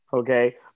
Okay